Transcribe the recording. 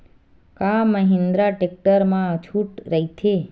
का महिंद्रा टेक्टर मा छुट राइथे?